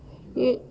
you